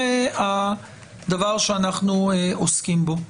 זה הדבר שאנחנו עוסקים בו.